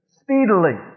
speedily